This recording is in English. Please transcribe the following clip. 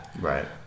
Right